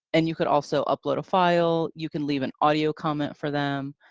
and you could also upload a file, you can leave an audio comment for them.